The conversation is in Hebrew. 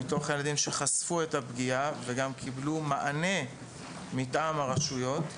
מתוך הילדים שחשפו את הפגיעה וגם קיבלו מענה מטעם הרשויות,